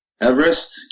Everest